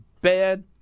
bad